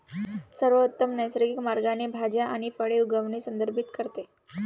सर्वोत्तम नैसर्गिक मार्गाने भाज्या आणि फळे उगवणे संदर्भित करते